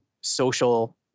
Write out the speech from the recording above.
social